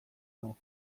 nau